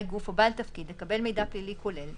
גוף או בעל תפקיד לקבל מידע פלילי כולל,